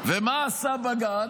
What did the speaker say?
ומה עשה בג"ץ?